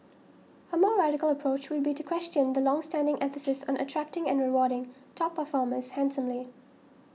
a more radical approach would be to question the longstanding emphasis on attracting and rewarding top performers handsomely